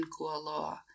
Kualoa